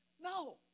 No